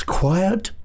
quiet